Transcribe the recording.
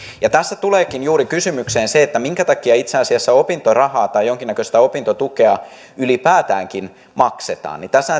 tässä tuleekin juuri kysymykseen se minkä takia itse asiassa opintorahaa tai jonkinnäköistä opintotukea ylipäätäänkin maksetaan